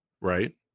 Right